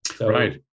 Right